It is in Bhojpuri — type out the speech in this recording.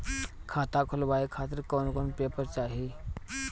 खाता खुलवाए खातिर कौन कौन पेपर चाहीं?